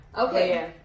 Okay